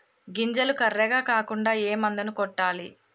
గింజలు కర్రెగ కాకుండా ఏ మందును కొట్టాలి?